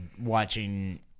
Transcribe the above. watching